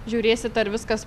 žiūrėsit ar viskas